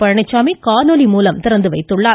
பழனிச்சாமி காணொலி மூலம் திறந்து வைத்துள்ளார்